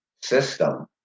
system